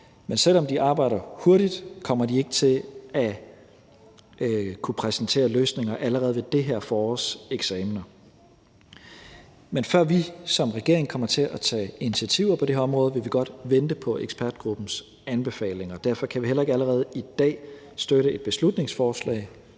Men selv om de arbejder hurtigt, kommer de ikke til at kunne præsentere løsninger allerede ved det her forårs eksamener. Men før vi som regering kommer til at tage initiativer på det her område, vil vi godt vente på ekspertgruppens anbefalinger, og derfor kan vi heller ikke allerede i dag støtte et beslutningsforslag,